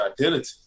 identity